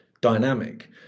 dynamic